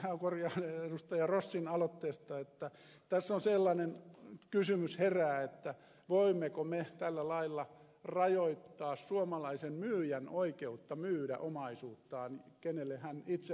rossin aloitteesta että tässä sellainen kysymys herää voimmeko me tällä lailla rajoittaa suomalaisen myyjän oikeutta myydä omaisuuttaan kenelle hän itse haluaa